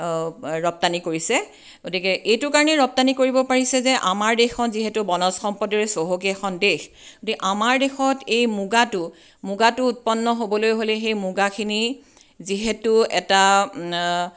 ৰপ্তানি কৰিছে গতিকে এইটো কাৰণেই ৰপ্তানি কৰিব পাৰিছে যে আমাৰ দেশখন যিহেতু বনজ সম্পদৰে চহকী এখন দেশ গতিকে আমাৰ দেশত এই মুগাটো মুগাটো উৎপন্ন হ'বলৈ হ'লে সেই মুগাখিনি যিহেতু এটা